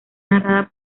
narrada